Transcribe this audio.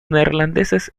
neerlandeses